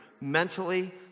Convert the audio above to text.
mentally